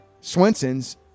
Swenson's